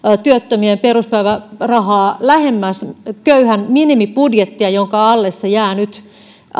työttömien peruspäivärahaa lähemmäs köyhän minimibudjettia jonka alle se jää nyt